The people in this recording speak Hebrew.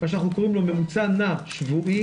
מה שאנחנו קוראים ממוצע נע שבועי